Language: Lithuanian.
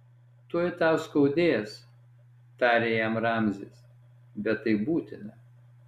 tuoj tau skaudės tarė jam ramzis bet tai būtina